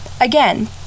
Again